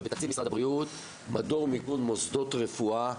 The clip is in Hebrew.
ותקציב משרד הבריאות מדור מיקוד מוסדות רפואה.